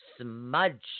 smudge